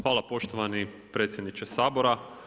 Hvala poštovani predsjedniče Sabora.